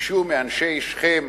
ביקשו מאנשי שכם